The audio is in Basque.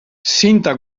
zinta